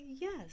yes